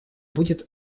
будет